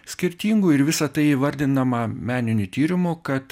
skirtingu ir visa tai įvardindama meniniu tyrimu kad